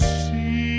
see